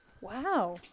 Wow